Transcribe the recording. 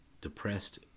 depressed